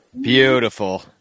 Beautiful